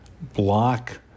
block